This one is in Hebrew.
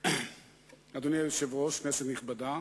אדוני היושב-ראש, כנסת נכבדה,